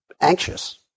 anxious